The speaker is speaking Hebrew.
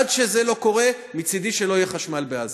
עד שזה לא קורה, מצדי שלא יהיה חשמל בעזה.